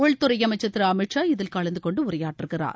உள்துறைஅமைச்சர் அமித்ஷா இதில் கலந்துகொண்டு உரையாற்றுகிறார்